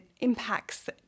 impacts